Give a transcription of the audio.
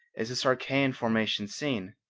is this archaean formation seen.